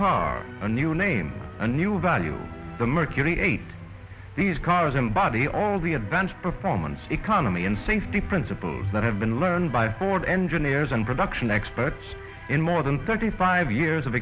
a new name a new value the mercury eight these cars embody all the advanced performance economy and safety principles that have been learned by ford engineers and production experts in more than thirty five years of